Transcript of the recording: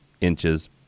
inches